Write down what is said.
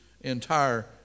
entire